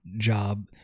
job